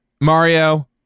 Mario